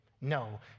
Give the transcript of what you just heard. No